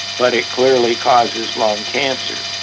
but it clearly causes lung cancer.